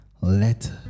Let